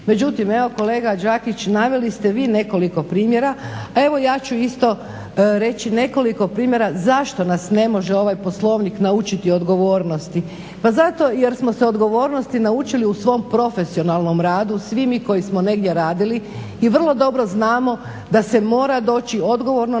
Međutim evo kolega Đakić, naveli ste vi nekoliko primjera, a evo ja ću isto reći nekoliko primjera zašto nas ne može ovaj Poslovnik naučiti odgovornosti. Pa zato jer smo se odgovornosti naučili u svom profesionalnom radu svi mi koji smo negdje radili i vrlo dobro znamo da se mora doći odgovorno